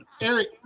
Eric